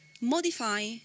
modify